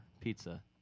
pizza